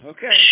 Okay